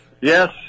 Yes